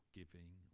giving